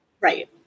Right